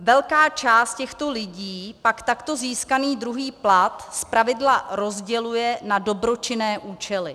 Velká část těchto lidí pak takto získaný druhý plat zpravidla rozděluje na dobročinné účely.